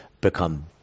become